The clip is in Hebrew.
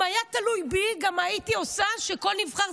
אם זה היה תלוי בי גם הייתי עושה שכל נבחר